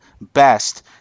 best